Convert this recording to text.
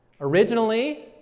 Originally